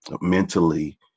mentally –